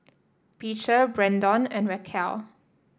Beecher Brendon and Raquel